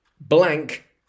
blank